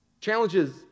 Challenges